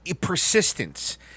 Persistence